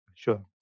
Sure